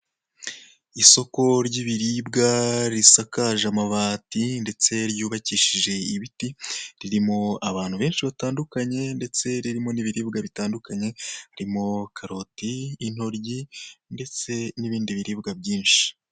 Isoko ry'ibiribwa risakaje amabati ndetse ryubakishije ibiti, ririmo abantu benshi batandukanye ndetse ririmo n'ibiribwa bitandukanye, harimo karoti, intoryi ndetse n'ibindi biribwa byinshi.